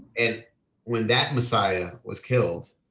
and when that messiah was killed,